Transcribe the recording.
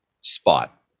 spot